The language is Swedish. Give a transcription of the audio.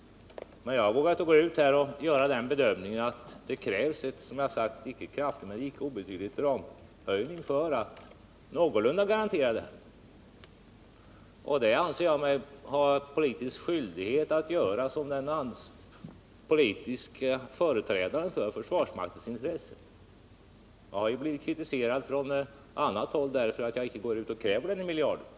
Men jag har vågat gå ut och tala om att jag gör den bedömningen att det krävs en icke obetydlig — inte kraftig — anslagshöjning för att vi någorlunda skall kunna garantera ett effektivt försvar. Det anser jag mig ha politisk skyldighet att göra som den politiske företrädaren för försvarsmaktens intressen. Jag har blivit kritiserad från annat håll för att jag inte går ut och kräver en miljard kronor.